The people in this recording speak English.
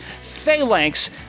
phalanx